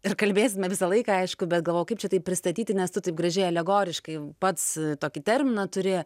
ir kalbėsime visą laiką aišku bet galvoju kaip čia taip pristatyti nes tu taip gražiai alegoriškai pats tokį terminą turi